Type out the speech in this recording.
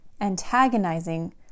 antagonizing